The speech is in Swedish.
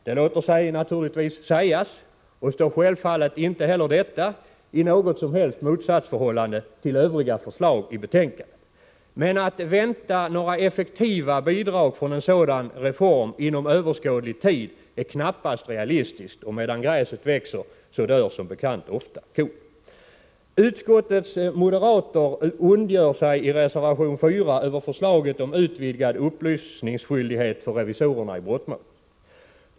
Det låter sig naturligtvis sägas och självfallet står inte heller detta i något som helst motsatsförhållande till övriga förslag i betänkandet. Men att vänta några effektiva bidrag från en sådan ”reform” inom överskådlig tid är knappast realistiskt — och medan gräset växer dör som bekant ofta kon. Utskottets moderater ondgör sig i reservation 4 över förslaget om utvidgad upplysningsskyldighet för revisorerna i brottmål.